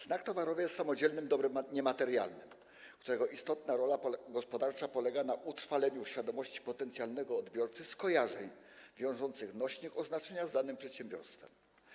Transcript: Znak towarowy jest samodzielnym dobrem niematerialnym, którego istotna rola gospodarcza polega na utrwaleniu w świadomości potencjalnego odbiorcy skojarzeń wiążących nośnik oznaczenia z danym przedsiębiorstwem.